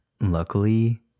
Luckily